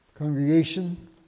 Congregation